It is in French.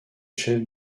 chefs